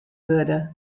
wurde